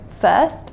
first